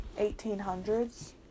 1800s